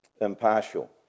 impartial